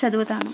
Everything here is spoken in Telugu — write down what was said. చదువుతాను